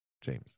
James